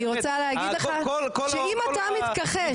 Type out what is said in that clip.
אני רוצה להגיד לך, שאם אתה מתכחש, אם אתה מתכחש.